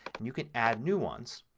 and you can add new ones.